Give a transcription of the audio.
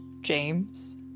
James